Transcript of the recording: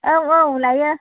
औ औ लायो